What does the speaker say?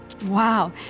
Wow